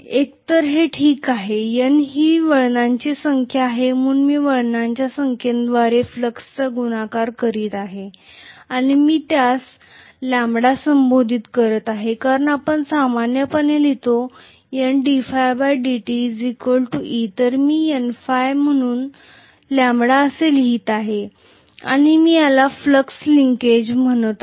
एकतर ते ठीक आहे N ही वळणांची संख्या आहे म्हणून मी वळणांच्या संख्येद्वारे फ्लक्सचे गुणाकार करीत आहे आणि मी त्यास λ संबोधित करत आहे कारण आपण सामान्यपणे लिहितो N dødt e तर मी Nø म्हणून λ असे लिहित आहे आणि मी याला फ्लक्स लिंकेज म्हणतो